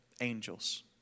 angels